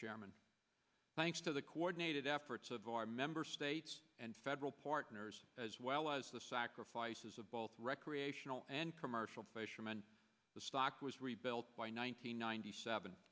chairman thanks to the unaided efforts of our member states and federal partners as well as the sacrifices of both recreational and commercial fisherman the stock was rebuilt by nine hundred ninety seven